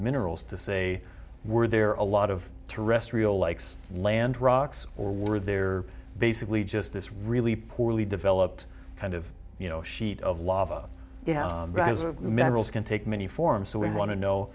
minerals to say were there are a lot of terrestrial likes land rocks or were there basically just this really poorly developed kind of you know sheet of lava rams or metals can take many forms so we want to know